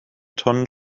tonnen